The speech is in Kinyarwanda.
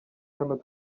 hano